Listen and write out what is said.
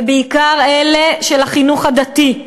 ובעיקר אלה של החינוך הדתי,